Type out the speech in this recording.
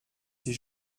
ces